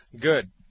good